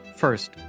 First